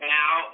now